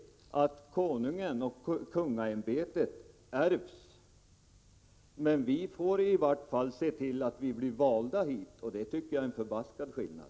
Konungaämbetet ärvs, medan vi ledamöter får se till att vi blir valda till riksdagen, och det är en ofantlig skillnad.